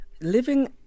Living